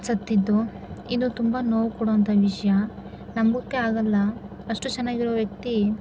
ಸತ್ತಿದ್ದು ಇದು ತುಂಬ ನೋವು ಕೊಡುವಂತಹ ವಿಷಯ ನಂಬೋಕೆ ಆಗಲ್ಲ ಅಷ್ಟು ಚೆನ್ನಾಗಿರುವ ವ್ಯಕ್ತಿ